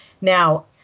Now